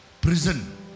Prison